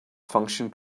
function